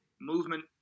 movement